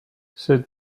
cette